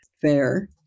fair